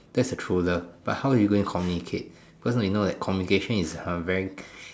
that's the true love but how are you going to communicate because you know that communication is a very